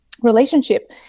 relationship